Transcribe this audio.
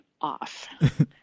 off